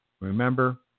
Remember